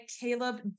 Caleb